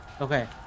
Okay